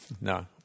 No